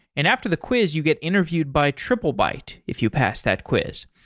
and after the quiz you get interviewed by triplebyte if you pass that quiz.